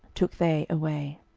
took they away.